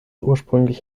ursprünglich